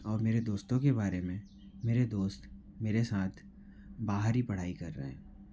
और मेरे दोस्तों के बारे में मेरे दोस्त मेरे साथ बाहर ही पढ़ाई कर रहें हैं